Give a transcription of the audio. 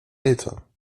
eltern